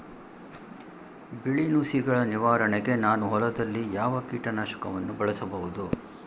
ಬಿಳಿ ನುಸಿಗಳ ನಿವಾರಣೆಗೆ ನಾನು ಹೊಲದಲ್ಲಿ ಯಾವ ಕೀಟ ನಾಶಕವನ್ನು ಬಳಸಬಹುದು?